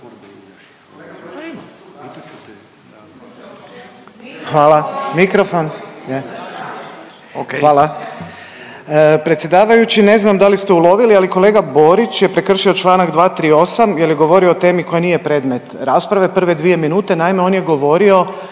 Hvala. Mikrofon, je, ok. Hvala. Predsjedavajući ne znam da li ste ulovili ali kolega Borić je prekršio čl. 238 jer je govorio o temi koja nije predmet rasprave prve dvije minute naime on je govorio